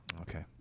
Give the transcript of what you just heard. Okay